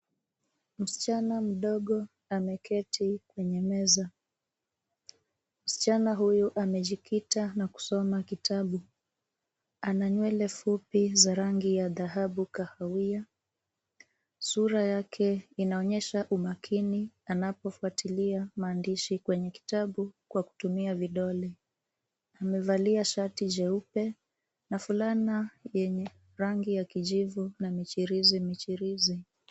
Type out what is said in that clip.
Msichana mdogo ameketi kwenye meza. Msichana huyu amejikita na kusoma kitabu. Ana nywele fupi za rangi ya dhahabu kahawia. Sura yake inaonyesha umakini anapofuatilia maandishi kwenye kitabu kwa kutumia vidole. Amevalia shati jeupe na fulani na yenye rangi ya kijivu na michirizi michirizi.